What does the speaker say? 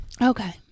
Okay